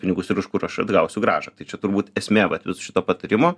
pinigus ir iš kur aš atgausiu grąžą tai čia turbūt esmė vat šito patarimo